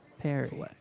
Perry